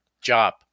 job